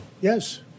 yes